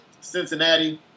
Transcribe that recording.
Cincinnati